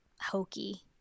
hokey